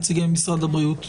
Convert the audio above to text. נציגי משרד הבריאות.